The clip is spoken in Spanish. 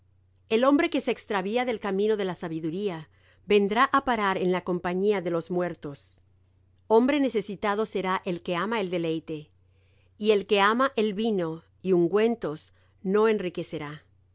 el hombre que se extravía del camino de la sabiduría vendrá á parar en la compañía de los muertos hombre necesitado será el que ama el deleite y el que ama el vino y ungüentos no enriquecerá